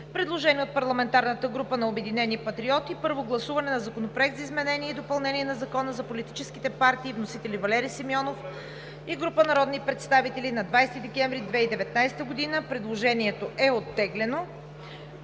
Предложение на парламентарната група на „Обединени патриоти“ – Първо гласуване на Законопроекта за изменение и допълнение на Закона за политическите партии. Вносители – Валери Симеонов и група народни представители на 20 декември 2019 г. Предложението е оттеглено.